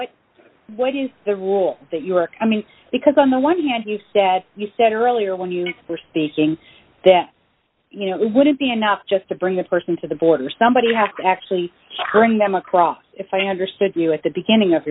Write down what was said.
is what is the rule that you or i mean because on the one hand you said you said earlier when you were speaking that you know wouldn't be enough just to bring the person to the border somebody have to actually bring them across if i understood you at the beginning of